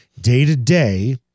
day-to-day